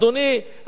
אדוני,